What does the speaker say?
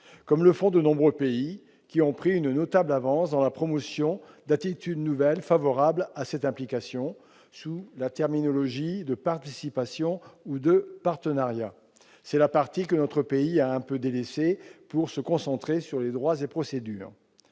nombreux pays la pratiquent, qui ont pris une avance notable dans la promotion d'attitudes nouvelles favorables à cette implication, sous la terminologie de participation ou de partenariat. C'est la partie que notre pays a un peu délaissée pour se concentrer sur les droits et procédures.